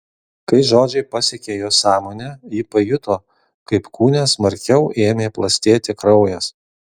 kai žodžiai pasiekė jos sąmonę ji pajuto kaip kūne smarkiau ėmė plastėti kraujas